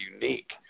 unique